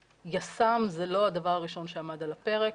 יס"מ זה לא הדבר הראשון שעמד על הפרק,